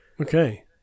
Okay